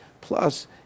Plus